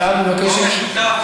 ואת מבקשת,